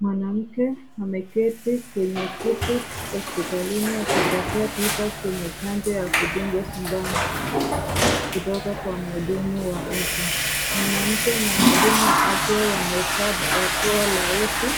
Mwanamke ameketi kwenye kiti hospitalini akipokea tiba kwenye chanjo ya kudungwa sindano, kutoka kwenye mhudumu wa afya. Mwanamke na muhudumu wa afya wamevaa barakoa la uso,